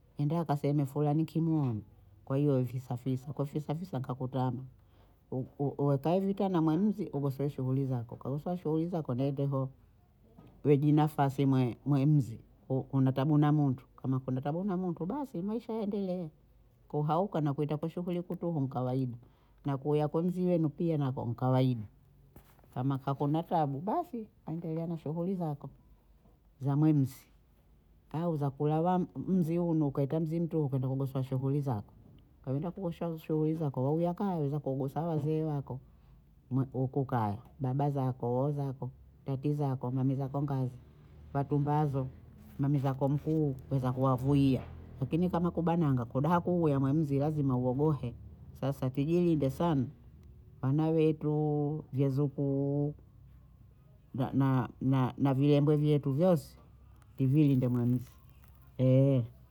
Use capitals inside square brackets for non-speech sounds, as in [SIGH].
Nenda kaseme Fulani kimuona, kwa hiyo hivisa fisa kufisafisa kakutana [HESITATION] u- u- uekae viatana mwe mzi ugosowe shughuli zako, ukagosowa shuguli zako nende ho, we jinafasi [HESITATION] mwe- mwe mzi [HESITATION] ku- kuna tabu na mtu kama kuna tabu na mtu basi Maisha yaendelea, kuhauka na kuita kushughuli nkutuhu ni kawaida na kuwiya kwa mzi wenu pia nako ni kawaida, kama kakuna tabu basi waendelea na shughuli zako za mwemsi au za kula [HESITATION] wa- mzi huno kaeta mzi mtuhu kwenda kugosowa shughuli zako, kaenda kuosha uso wenzako wauya kaya, wenzako wagosa wazee wako [HESITATION] mwe- huku kaya, baba zako, oho zako, tati zako, nani zako ngazi twatumabazi mamii zako mkuu za kuwavuyia akini kama kubananga kudaha kuhuwiya mwe mzi lazima uogohe, sasa tijilinde sana wana [HESITATION] wetuuu vyazukuu naa- na vilembwe vyetu vyose tuvilinde mwe msi [HESITATION]